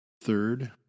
Third